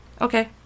Okay